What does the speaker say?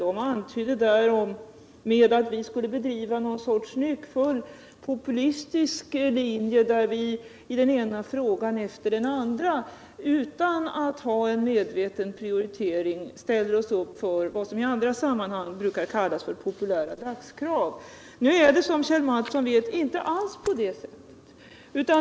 Han antydde därmed att vi skulle följa någon sorts nyckfull populistisk linje och i den ena frågan efter den andra, utan att ha en medveten prioritering, ställa oss upp för vad som i andra sammanhang brukar kallas ”populära dagskrav”. Det är, som Kjell Mattsson vet, inte alls på det sättet.